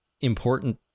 important